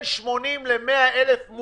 שסוכם בין משרד האוצר לבין משרד התיירות,